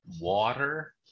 water